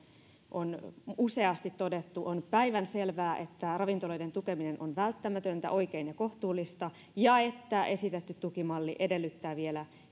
on jo useasti todettu on päivänselvää että ravintoloiden tukeminen on välttämätöntä oikein ja kohtuullista ja että esitetty tukimalli edellyttää vielä